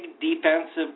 defensive